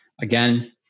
again